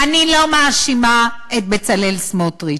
אני לא מאשימה את בצלאל סמוטריץ,